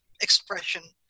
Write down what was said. expression